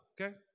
okay